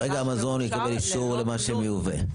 כרגע המזון יקבל אישור למה שמיובא.